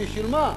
בשביל מה?